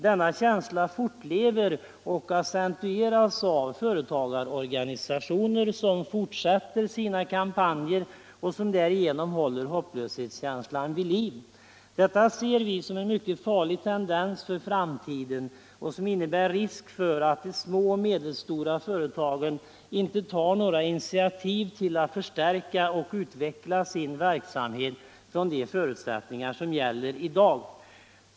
Denna känsla fortlever och accentueras av företagarorganisationer som fortsätter sina kampanjer och som därigenom hållter hopplöshetskänslan vid liv. Detta ser vi som en mycket farlig tendens för framtiden som innebär risk för att de små och medelstora företagen inte tar några initiativ till att förstärka och utveckla sin verksamhet från de förutsättningar som gäller i dag.